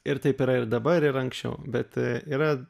ir taip yra ir dabar ir anksčiau bet yra